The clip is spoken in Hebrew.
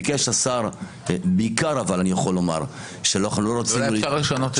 ביקש השר --- אולי אפשר לשנות את ההרכב?